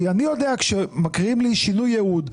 אני יודע שכאשר מקריאים לי שינוי יעוד,